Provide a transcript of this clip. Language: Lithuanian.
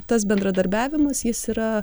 tas bendradarbiavimas jis yra